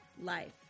life